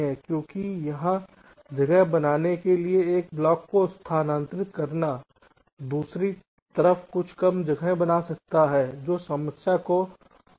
क्योंकि यहाँ जगह बनाने के लिए एक ब्लॉक को स्थानांतरित करना दूसरी तरफ कम जगह बना सकता है जो समस्या को बना सकता है